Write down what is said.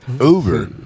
Uber